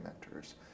mentors